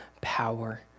power